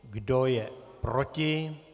Kdo je proti?